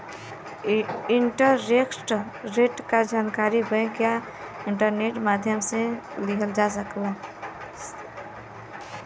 interest rate क जानकारी bank या इंटरनेट माध्यम से लिहल जा सकला